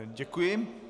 Děkuji.